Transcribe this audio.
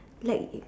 like